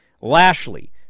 Lashley